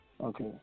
Okay